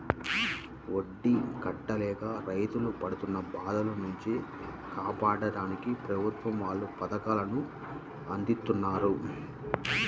వడ్డీ కట్టలేక రైతులు పడుతున్న బాధల నుంచి కాపాడ్డానికి ప్రభుత్వం వాళ్ళు పథకాలను అందిత్తన్నారు